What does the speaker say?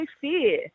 fear